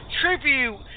tribute